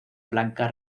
blanca